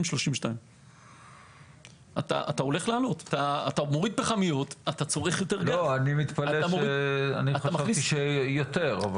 2032. אני חשבתי שיותר.